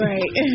Right